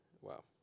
Wow